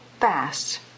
fast